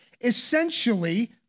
essentially